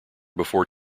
before